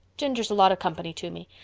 ginger's a lot of company to me.